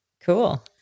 Cool